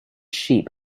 sheep